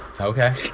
Okay